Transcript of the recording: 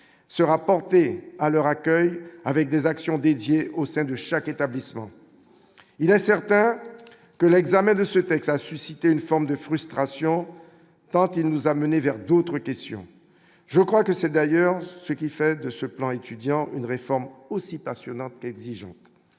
sera rapporter à leur accueil avec des actions dédié au sein de chaque établissement, il est certain que l'examen de ce texte a suscité une forme de frustration quand nous amener vers d'autres questions, je crois que c'est d'ailleurs ce qui fait de ce plan étudiant une réforme aussi passionnante qu'exigeante